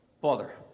Father